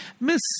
Miss